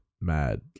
mad